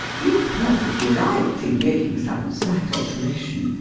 you are perfectly right in making some slight alteration.